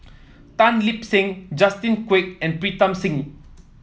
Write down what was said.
Tan Lip Seng Justin Quek and Pritam Singh